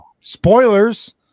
Spoilers